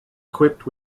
equipped